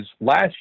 last